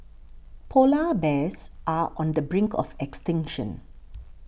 Polar Bears are on the brink of extinction